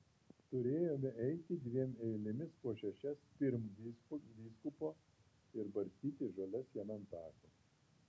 turėjome eiti dviem eilėmis po šešias pirm vyskupo ir barstyti žoles jam ant tako